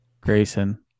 Grayson